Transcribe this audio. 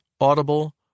Audible